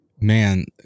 man